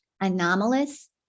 anomalous